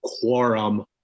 quorum